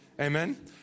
Amen